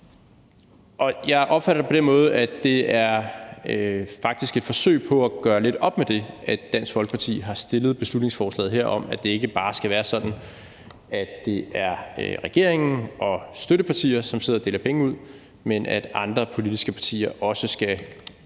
Jeg opfatter det på den måde, at det faktisk er i et forsøg på at gøre lidt op med det, at Dansk Folkeparti har fremsat beslutningsforslaget her om, at det ikke bare skal være sådan, at det er regeringen og dens støttepartier, som sidder og deler penge ud, men at andre politiske partier også på en